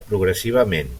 progressivament